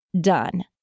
done